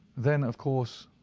then, of course,